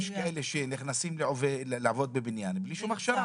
יש כאלה שנכנסים לעבוד בבניין בלי שום הכשרה.